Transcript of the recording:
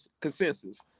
consensus